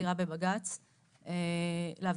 בעתירה בבג"צ - להבנתנו,